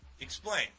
Explain